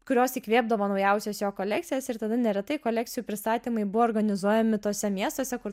kurios įkvėpdavo naujausias jo kolekcijas ir tada neretai kolekcijų pristatymai buvo organizuojami tuose miestuose kur